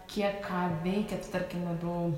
kiek ką veikėt tarkim labiau